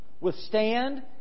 withstand